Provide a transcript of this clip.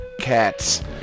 cats